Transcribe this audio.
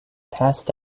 passed